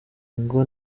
ngo